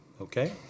Okay